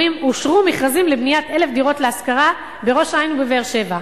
אומרים: אושרו מכרזים לבניית 1,000 דירות להשכרה בראש-העין ובבאר-שבע.